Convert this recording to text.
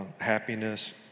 happiness